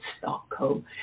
Stockholm